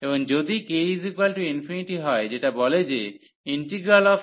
এবং যদি k∞ হয় যেটা বলে যে abgxdxdiverges⟹abfxdxdiverges